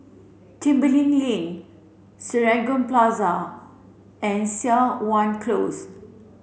Tembeling Lane Serangoon Plaza and Siok Wan Close